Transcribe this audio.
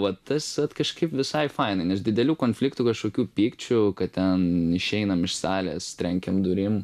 va tas kažkaip visai faina nes didelių konfliktų kažkokių pykčių kad ten išeinam iš salės trenkiam durim